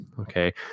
Okay